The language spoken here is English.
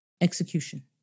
execution